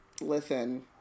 listen